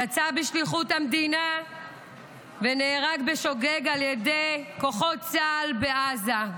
יצא בשליחות המדינה ונהרג בשוגג על ידי כוחות צה"ל בעזה.